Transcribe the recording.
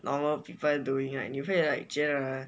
normal people doing right 你会 like 觉得